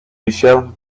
michel